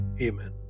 Amen